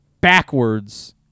backwards